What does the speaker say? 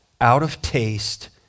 out-of-taste